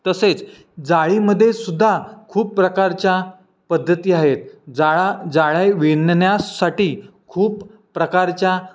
तसेच जाळीमध्ये सुद्धा खूप प्रकारच्या पद्धती आहेत जाळा जाळे विणण्यासाठी खूप प्रकारच्या